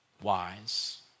wise